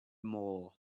mall